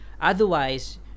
Otherwise